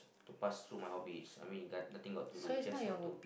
to pass through my hobbies I mean it got nothing got to do I just want to